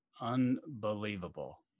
unbelievable